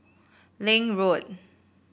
Link Road